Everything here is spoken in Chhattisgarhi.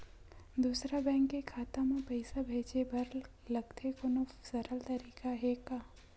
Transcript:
दूसरा बैंक के खाता मा पईसा भेजे बर का लगथे कोनो सरल तरीका हे का?